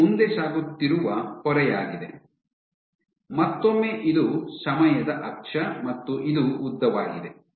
ಇದು ಮುಂದೆ ಸಾಗುತ್ತಿರುವ ಪೊರೆಯಾಗಿದೆ ಮತ್ತೊಮ್ಮೆ ಇದು ಸಮಯದ ಅಕ್ಷ ಮತ್ತು ಇದು ಉದ್ದವಾಗಿದೆ